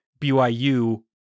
BYU